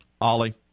Ollie